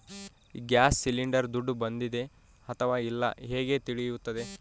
Gas cylinder ದುಡ್ಡು ಬಂದಿದೆ ಅಥವಾ ಇಲ್ಲ ಹೇಗೆ ತಿಳಿಯುತ್ತದೆ?